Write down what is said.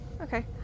Okay